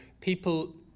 people